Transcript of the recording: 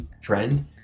trend